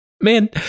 man